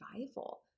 survival